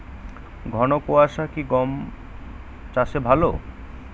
ঘন কোয়াশা কি গম চাষে ভালো?